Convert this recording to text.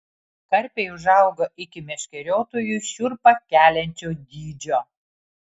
karpiai užauga iki meškeriotojui šiurpą keliančio dydžio